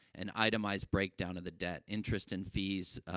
an itemized breakdown of the debt, interest and fees,